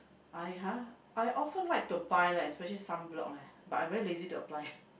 I !huh! I often like to buy leh especially sunblock leh but I very lazy to apply